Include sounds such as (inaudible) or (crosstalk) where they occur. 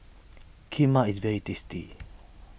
(noise) Kheema is very tasty (noise)